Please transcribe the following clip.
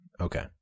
Okay